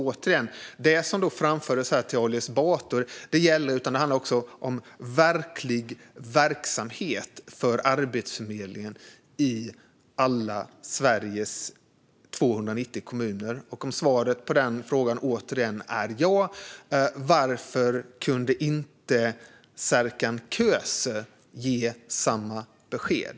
Återigen, det som framfördes till Ali Esbati gäller alltså. Det handlar också om verklig verksamhet för Arbetsförmedlingen i Sveriges alla 290 kommuner. Om svaret på frågan om det återigen är ja, varför kunde inte Serkan Köse ge samma besked?